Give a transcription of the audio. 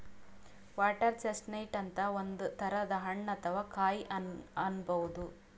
water chestnut ಅಂತ್ ಒಂದ್ ತರದ್ ಹಣ್ಣ್ ಅಥವಾ ಕಾಯಿ ಅನ್ಬಹುದ್